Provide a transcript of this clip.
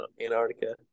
Antarctica